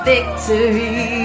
Victory